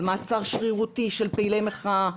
על מעצר שרירותי של פעילי מחאה,